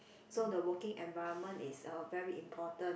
so the working environment is uh very important